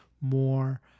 more